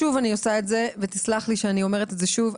שוב אני עושה את זה ותסלח לי שאני אומרת את זה שוב,